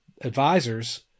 advisors